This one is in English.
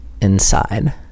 inside